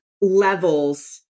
levels